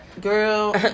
Girl